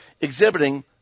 exhibiting